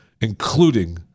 including